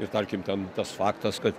ir tarkim ten tas faktas kad